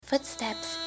Footsteps